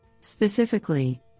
Specifically